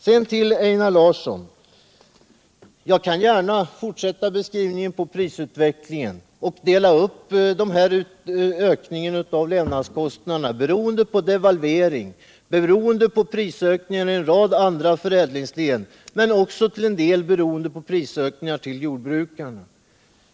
Sedan till Einar Larsson: Jag kan gärna fortsätta beskrivningen av prisutvecklingen och dela upp ökningen av levnadskostnaderna beroende på devalveringen, på prisökningar i en rad andra förädlingsled och också till en del på prisökningar till jordbrukaren.